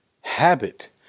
habit